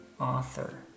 Author